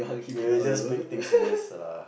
it will just make things worse lah